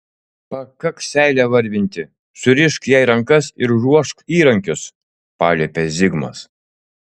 pakaks seilę varvinti surišk jai rankas ir ruošk įrankius paliepė zigmas